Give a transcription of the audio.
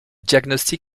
diagnostic